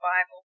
Bible